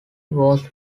was